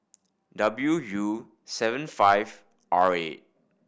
W U seven five R eight